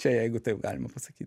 čia jeigu taip galima pasakyt